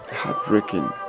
heartbreaking